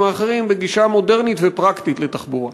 האחרות בגישה מודרנית ופרקטית לתחבורה.